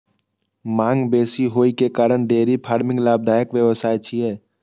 मांग बेसी होइ के कारण डेयरी फार्मिंग लाभदायक व्यवसाय छियै